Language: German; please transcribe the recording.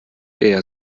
eher